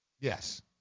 Yes